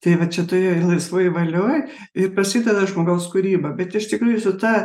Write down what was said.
tai vat čia toje laisvoj valioj ir prasideda žmogaus kūryba bet iš tikrųjų su ta